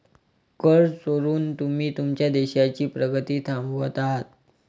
कर चोरून तुम्ही तुमच्या देशाची प्रगती थांबवत आहात